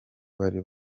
bari